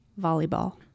volleyball